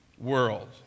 world